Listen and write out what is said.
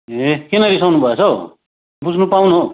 ए किन रिसाउनु भएछ हौ बुझ्नु पाउँ न हौ